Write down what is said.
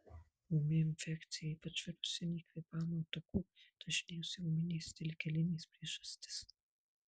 ūmi infekcija ypač virusinė kvėpavimo takų dažniausia ūminės dilgėlinės priežastis